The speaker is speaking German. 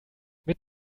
mit